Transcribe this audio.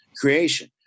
creation